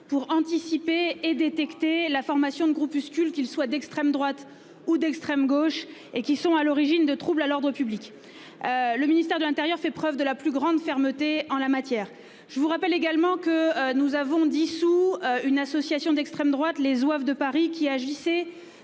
pour anticiper et détecter la formation des groupuscules, qu'ils soient d'extrême droite ou d'extrême gauche, qui sont à l'origine de troubles à l'ordre public. Le ministère de l'intérieur fait preuve de la plus grande fermeté en la matière. Je vous rappelle que nous avons dissous une association d'extrême droite, les Zouaves Paris, dont